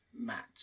Matt